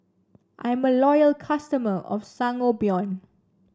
I'm a loyal customer of Sangobion